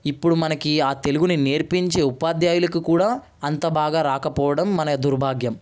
ఇప్పుడు మనకి తెలుగుని నేర్పించే ఉపాధ్యాయులుకి కూడా అంత బాగా రాకపోవడం మన దౌర్భాగ్యం